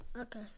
Okay